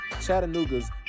Chattanooga's